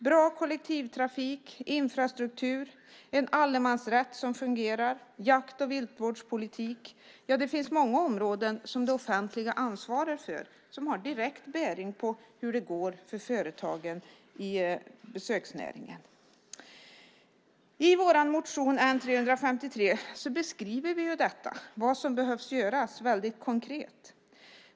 Bra kollektivtrafik, infrastruktur, en allemansrätt som fungerar, jakt och viltvårdspolitik - det finns många områden som det offentliga ansvarar för som har direkt bäring på hur det går för företagen i besöksnäringen. I vår motion N353 beskriver vi vad som behöver göras väldigt konkret.